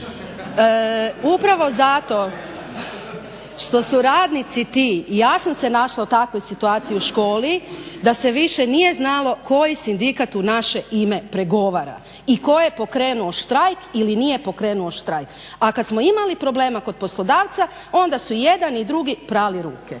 Upravo zato što su radnici ti ja sam se našla u takvoj situaciju u školi, da se više nije znalo koji sindikat u naše ime pregovara i tko je pokrenuo štrajk ili nije pokrenuo štrajk. A kada smo imali problema kod poslodavca onda su jedni i drugi prali ruke.